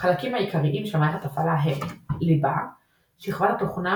החלקים העיקריים של מערכת הפעלה הם ליבה – שכבת התוכנה